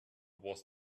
was